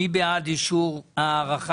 מי בעד אישור ההארכה?